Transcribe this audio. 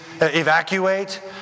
evacuate